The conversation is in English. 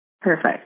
Perfect